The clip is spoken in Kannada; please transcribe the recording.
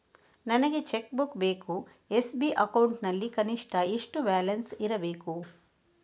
ನನಗೆ ಚೆಕ್ ಬುಕ್ ಬೇಕು ಎಸ್.ಬಿ ಅಕೌಂಟ್ ನಲ್ಲಿ ಕನಿಷ್ಠ ಎಷ್ಟು ಬ್ಯಾಲೆನ್ಸ್ ಇರಬೇಕು?